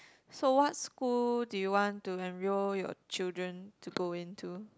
so what school do you want to enroll your children to go into